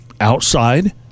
outside